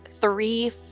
three